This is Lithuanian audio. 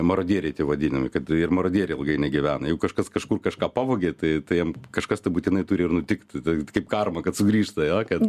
marodieriai tie vadinami kad ir marodieriai ilgai negyvena jeigu kažkas kažkur kažką pavogė tai jiem kažkas tai būtinai turi ir nutikt tai kaip karma kad sugrįžta jo kad